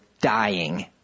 dying